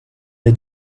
est